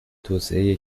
توسعه